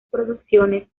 producciones